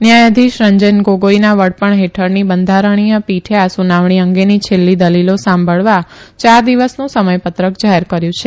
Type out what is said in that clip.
ન્યાયાઘીશ રંજન ગોગોઇના વડપણ હેઠળની બંઘારણીય પીઠે આ સુનાવણી અંગેની છેલ્લી દલીલો સાંભળવા યાર દિવસનું સમયપત્રક જાહેર કર્યુ છે